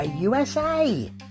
USA